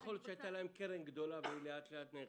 יכול להיות שהייתה להן קרן גדולה והיא לאט-לאט נאכלת.